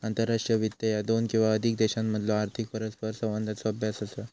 आंतरराष्ट्रीय वित्त ह्या दोन किंवा अधिक देशांमधलो आर्थिक परस्परसंवादाचो अभ्यास असा